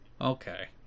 okay